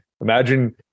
imagine